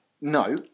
No